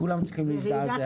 כולם צריכים להזדעזע.